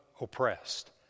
oppressed